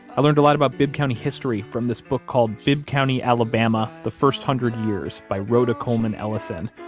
i learned a lot about bibb county history from this book called bibb county alabama the first hundred years by rhoda coleman ellison.